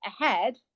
ahead